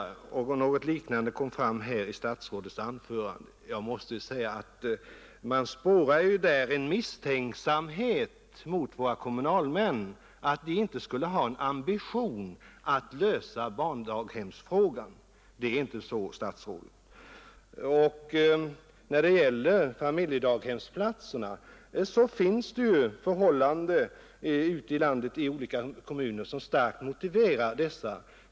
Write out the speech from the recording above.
Något liknande kom fram i statsrådets anförande här i kammaren. Man spårar där en misstanke mot våra kommunalmän att de inte skulle ha en ambition att lösa barndaghemsfrågan. Det är inte så, statsrådet. När det gäller familjedaghemsplatserna finns det ju förhållanden ute i olika kommuner som starkt motiverar dessa.